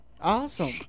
awesome